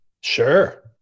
Sure